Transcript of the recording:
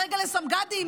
ברגע לסמג"דים?